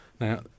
Now